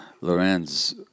Lorenz